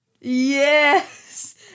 Yes